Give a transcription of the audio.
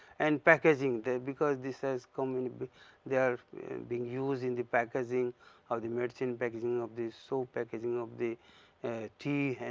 and packaging the, because this has come in they are being used in the packaging of the medicine packaging of the soap packaging of the tea. and